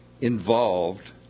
Involved